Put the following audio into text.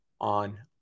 on